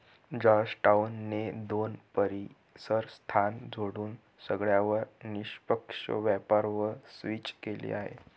Georgetown ने दोन परीसर स्थान सोडून सगळ्यांवर निष्पक्ष व्यापार वर स्विच केलं आहे